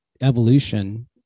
evolution